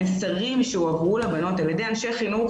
המסרים שהועברו לבנות על ידי אנשי חינוך